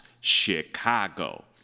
Chicago